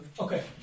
Okay